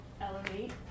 elevate